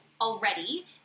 already